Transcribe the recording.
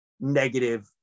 negative